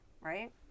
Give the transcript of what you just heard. right